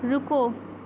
رکو